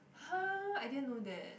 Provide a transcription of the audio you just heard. !huh! I didn't know that